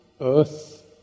earth